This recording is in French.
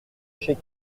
chez